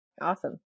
awesome